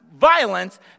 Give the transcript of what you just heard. violence